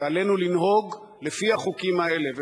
ועלינו לנהוג לפי החוקים האלה.